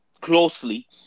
closely